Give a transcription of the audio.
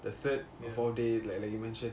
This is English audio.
the third or fourth day like like you mention